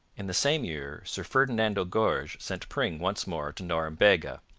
in the same year sir ferdinando gorges sent pring once more to norumbega.